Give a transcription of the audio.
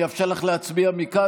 אאפשר לך להצביע מכאן,